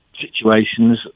situations